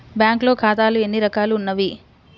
బ్యాంక్లో ఖాతాలు ఎన్ని రకాలు ఉన్నావి?